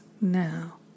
now